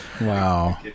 Wow